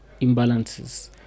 imbalances